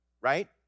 right